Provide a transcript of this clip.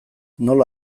nola